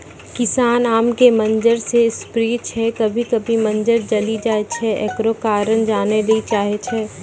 किसान आम के मंजर जे स्प्रे छैय कभी कभी मंजर जली जाय छैय, एकरो कारण जाने ली चाहेय छैय?